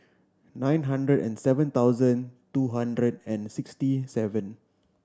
nine hundred and seven thousand two hundred and sixty seven